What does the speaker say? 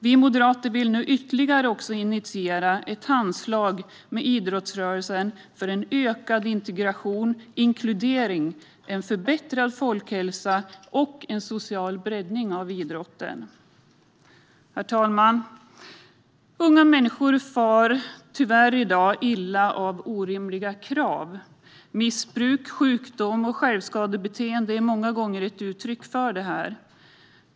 Vi moderater vill nu ytterligare också initiera ett Handslag med idrottsrörelsen för en ökad integration, inkludering, en förbättrad folkhälsa och en social breddning av idrotten. Herr talman! Unga människor far i dag tyvärr illa av orimliga krav. Missbruk, sjukdom och självskadebeteende är många gånger ett uttryck för detta.